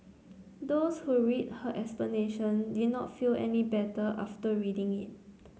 those who read her explanation did not feel any better after reading it